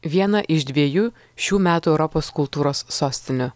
vieną iš dviejų šių metų europos kultūros sostinių